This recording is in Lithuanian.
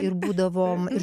ir būdavom ir